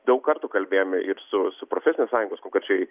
daug kartų kalbėjome ir su su profesinės sąjungos konkrečiai